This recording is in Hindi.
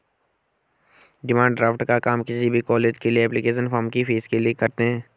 डिमांड ड्राफ्ट का काम किसी भी कॉलेज के एप्लीकेशन फॉर्म की फीस के लिए करते है